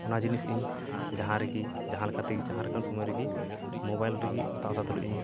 ᱚᱱᱟ ᱡᱤᱱᱤᱥ ᱤᱧ ᱡᱟᱦᱟᱸᱨᱮᱜᱮ ᱡᱟᱦᱟᱸ ᱞᱮᱠᱟᱛᱮᱜᱮ ᱡᱟᱦᱟᱸᱞᱮᱠᱟᱱ ᱥᱚᱢᱚᱭ ᱨᱮᱜᱮ ᱢᱳᱵᱟᱭᱤᱞ ᱨᱮᱜᱮ ᱦᱟᱛᱟᱣ ᱦᱟᱛᱟᱣ ᱛᱩᱞᱩᱡ ᱤᱧ